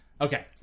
Okay